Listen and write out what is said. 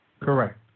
Correct